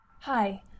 Hi